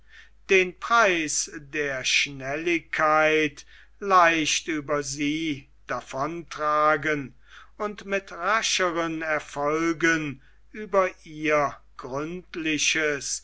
den preis der schnelligkeit leicht über sie davon tragen und mit rascheren erfolgen über ihr gründliches